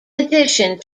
addition